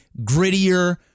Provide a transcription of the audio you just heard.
grittier